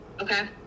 Okay